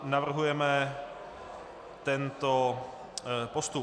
Navrhujeme tento postup.